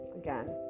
again